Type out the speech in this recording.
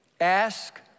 Ask